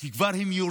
כי הן כבר יורדות.